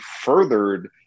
furthered